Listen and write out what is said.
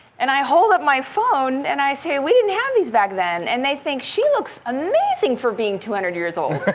and i hold up my phone and i say, we didn't have these back then. and they think, she looks amazing for being two hundred years old.